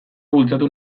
bultzatu